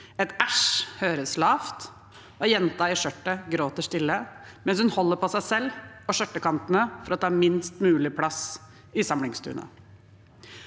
Et «æsj» høres lavt, og jenta i skjørtet gråter stille, mens hun holder på seg selv og skjørtekanten for å ta minst mulig plass i samlingsstunden.